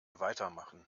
weitermachen